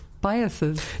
biases